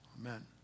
Amen